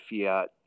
fiat